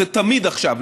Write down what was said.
זה תמיד עכשיו.